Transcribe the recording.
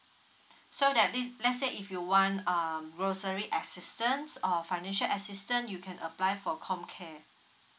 so that leave let's say if you want um grocery assistance or financial assistance you can apply for comcare